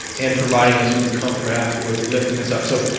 and providing us with the comfort afterwards and lifting us up. so,